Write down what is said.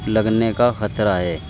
لگنے کا خطرہ ہے